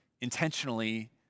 intentionally